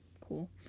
cool